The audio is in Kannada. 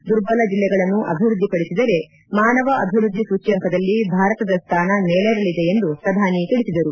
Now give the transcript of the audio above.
ದುರ್ಬಲ ಜಿಲ್ಲೆಗಳನ್ನು ಅಭಿವೃದ್ಧಿಪಡಿಸಿದರೆ ಮಾನವ ಅಭಿವೃದ್ಧಿ ಸೂಚ್ಯಂಕದಲ್ಲಿ ಭಾರತದ ಸ್ಥಾನ ಮೇಲೇರಲಿದೆ ಎಂದು ಪ್ರಧಾನಿ ತಿಳಿಸಿದರು